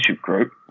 group